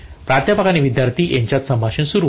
प्राध्यापक आणि विद्यार्थी यांच्यात संभाषण सुरू होते